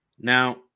Now